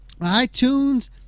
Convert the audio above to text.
iTunes